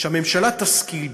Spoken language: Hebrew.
שהממשלה תשכיל,